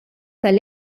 tal